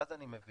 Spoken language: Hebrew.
ואז אני מבין